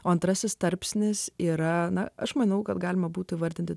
o antrasis tarpsnis yra na aš manau kad galima būtų vardinti